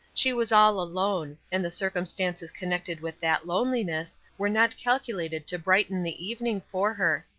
she was all alone and the circumstances connected with that loneliness were not calculated to brighten the evening for her.